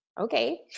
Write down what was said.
Okay